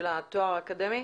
של התואר האקדמי?